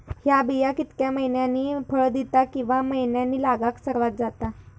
हया बिया कितक्या मैन्यानी फळ दिता कीवा की मैन्यानी लागाक सर्वात जाता?